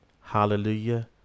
Hallelujah